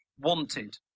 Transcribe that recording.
Wanted